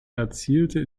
erzielte